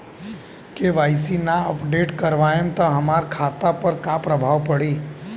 KYC ना update करवाएम त हमार खाता पर का प्रभाव पड़ी?